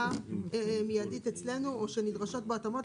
מיידית אצלנו או שנדרשות בו התאמות.